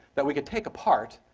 that we could take apart.